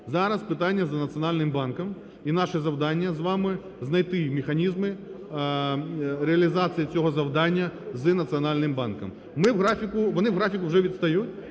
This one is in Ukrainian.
Зараз питання за Національним банком, і наше завдання з вами знайти механізми реалізації цього завдання з Національним банком. Вони у графіку вже відстають,